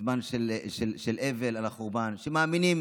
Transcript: בזמן של אבל על החורבן, מאמינים